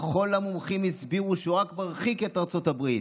וכל המומחים הסבירו שהוא רק מרחיק את ארצות הברית.